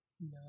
No